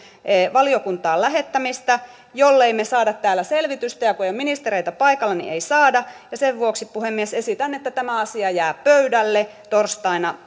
valiokuntaan lähettämistä jollemme me saa täällä selvitystä ja kun ei ole ministereitä paikalla niin emme saa ja sen vuoksi puhemies esitän että tämä asia jää pöydälle torstaina